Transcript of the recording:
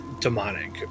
demonic